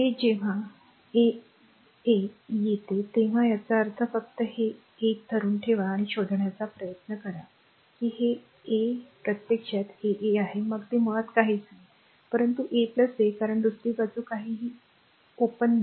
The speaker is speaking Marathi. हे जेव्हाa a a येते तेव्हा याचा अर्थ फक्त हे 1 धरून ठेवा आणि हे शोधण्याचा प्रयत्न आहे की a हे प्रत्यक्षात a a आहे मग ते मुळात काहीच नाही परंतु a a कारण दुसरी बाजू काहीही खुली नाही